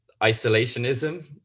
isolationism